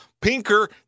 Pinker